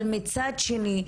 מצד שני,